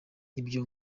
ibyo